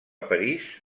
parís